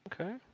Okay